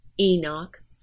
Enoch